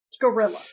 gorilla